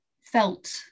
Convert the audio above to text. felt